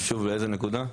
שוב באיזה נקודה?